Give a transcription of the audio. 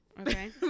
Okay